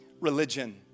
religion